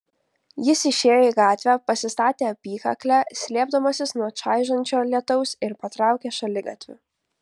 jis išėjo į gatvę pasistatė apykaklę slėpdamasis nuo čaižančio lietaus ir patraukė šaligatviu